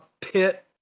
pit